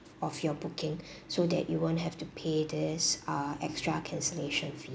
of your booking so that you won't have to pay this uh extra cancellation fee